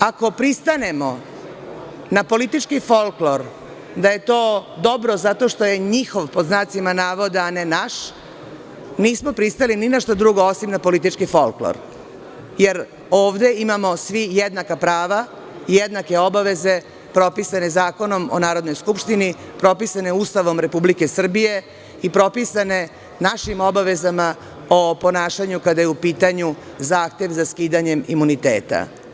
Ako pristanemo na politički folklor da je to dobro zato što je „njihov“, a ne naš, nismo pristali ni na šta drugo, osim na politički folklor, jer ovde imamo svi jednaka prava, jednake obaveze propisane Zakonom o Narodnoj skupštini, propisane Ustavom Republike Srbije i propisane našim obavezama o ponašanju kada je u pitanju zahtev za skidanje imuniteta.